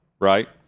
right